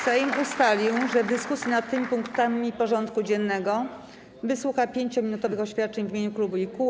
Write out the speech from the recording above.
Sejm ustalił, że w dyskusji nad tymi punktami porządku dziennego wysłucha 5-minutowych oświadczeń w imieniu klubów i kół.